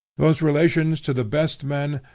those relations to the best men,